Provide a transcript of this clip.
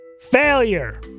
Failure